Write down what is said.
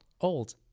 old